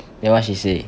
then what she say